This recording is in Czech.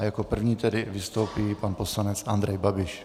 Jako první tedy vystoupí pan poslanec Andrej Babiš.